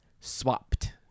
swapped